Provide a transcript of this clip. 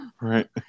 Right